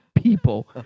People